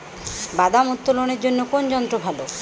বাদাম উত্তোলনের জন্য কোন যন্ত্র ভালো?